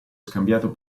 scambiato